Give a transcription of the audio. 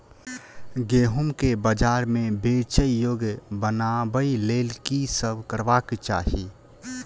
गेंहूँ केँ बजार मे बेचै योग्य बनाबय लेल की सब करबाक चाहि?